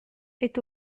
est